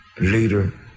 leader